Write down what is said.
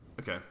Okay